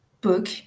book